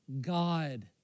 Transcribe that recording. God